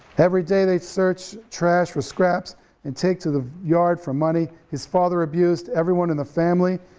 everyday they'd search trash for scraps and take to the yard for money, his father abused everyone in the family,